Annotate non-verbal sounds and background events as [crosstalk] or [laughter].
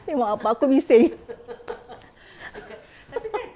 tengok abah aku bising [laughs]